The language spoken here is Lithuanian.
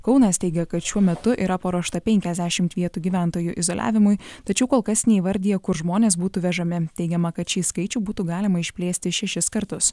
kaunas teigia kad šiuo metu yra paruošta penkiasdešimt vietų gyventojų izoliavimui tačiau kol kas neįvardija kur žmonės būtų vežami teigiama kad šį skaičių būtų galima išplėsti šešis kartus